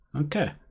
Okay